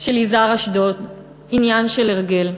של יזהר אשדות "עניין של הרגל".